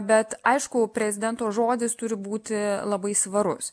bet aišku prezidento žodis turi būti labai svarus